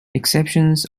exceptions